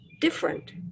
different